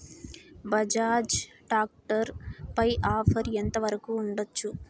Bajaj tractor పై offer ఎంత వరకు ఉండచ్చు?